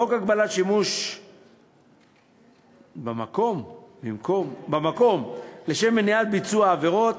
חוק הגבלת שימוש במקום לשם מניעת ביצוע עבירות,